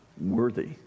worthy